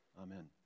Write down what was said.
Amen